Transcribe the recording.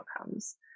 outcomes